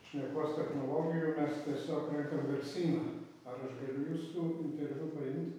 šnekos technologijų mes tiesiog renkam garsyną ar aš galiu jūsų interviu paimt